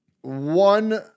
one